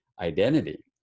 identity